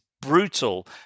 brutal